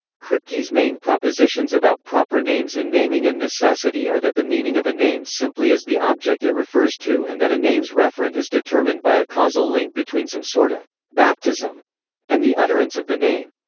kripke's main propositions about proper names in naming and necessity are that the meaning of a name simply is the object it refers to and that a name's referent is determined by a causal link between some sort of baptism and the utterance of the name.